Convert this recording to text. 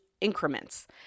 increments